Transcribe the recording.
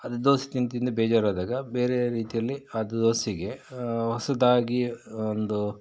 ಅದು ದೋಸೆ ತಿಂದು ತಿಂದು ಬೇಜಾರಾದಾಗ ಬೇರೆ ರೀತಿಯಲ್ಲಿ ಅದು ದೋಸೆಗೆ ಹೊಸದಾಗಿ ಒಂದು